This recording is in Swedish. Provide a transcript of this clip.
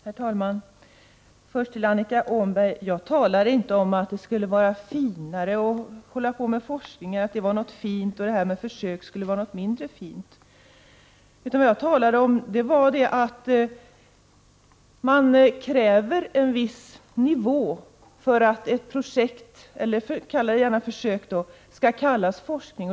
Herr talman! Först till Annika Åhnberg. Jag talade inte om att det skulle vara finare att hålla på med forskning och att försök skulle vara mindre fint. Vad jag talade om var att det krävs en viss nivå på ett projekt — kalla det gärna försök — för att det skall få kallas forskning.